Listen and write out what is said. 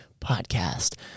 Podcast